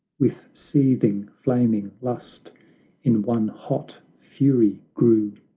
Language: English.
with seething, flaming lust in one hot fury grew!